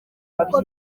kuko